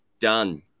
done